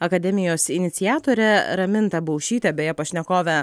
akademijos iniciatore raminta baušyte beje pašnekovė